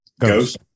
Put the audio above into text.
Ghost